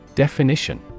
Definition